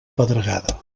pedregada